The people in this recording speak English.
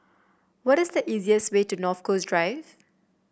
what is the easiest way to North Coast Drive